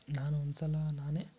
ನಾನು ಒಂದ್ಸಲ ನಾನೇ